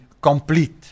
complete